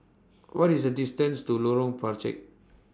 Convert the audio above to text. What IS The distance to Lorong Penchalak